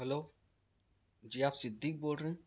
hello جی آپ صدیق بول رہے ہیں